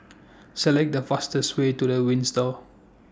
Select The fastest Way to The Windsor